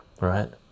right